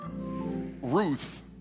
Ruth